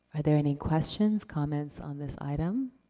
are there any questions, comments on this item?